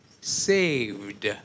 Saved